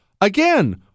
again